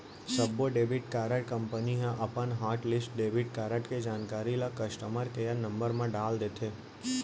सब्बो debit card company ह अपन हॉटलिस्ट डेबिट कारड के जानकारी ल कस्टमर केयर नंबर म डाल देथे